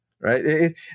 Right